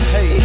Hey